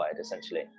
essentially